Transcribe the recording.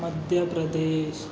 Madhya Pradesh